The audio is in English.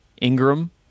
Ingram